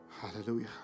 Hallelujah